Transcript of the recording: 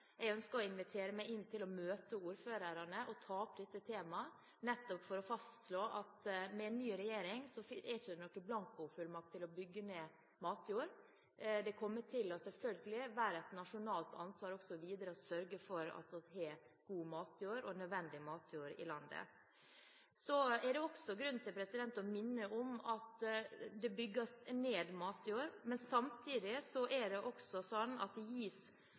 Jeg ønsker å invitere til å møte ordførerne og ta opp dette temaet nettopp for å fastslå at det med ny regjering ikke er noen blankofullmakt til å bygge ned matjord. Det kommer selvfølgelig til å være et nasjonalt ansvar også videre å sørge for at vi har god og nødvendig matjord i landet. Det er også grunn til å minne om at det bygges ned matjord, men at det samtidig også er sånn at det gis